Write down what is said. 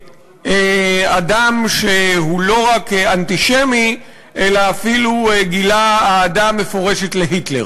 מאדם שהוא לא רק אנטישמי אלא אפילו גילה אהדה מפורשת להיטלר.